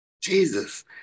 Jesus